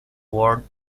word